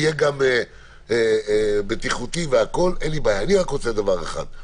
תיאטרון בדרך כלל מפסיד.